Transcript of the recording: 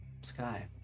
sky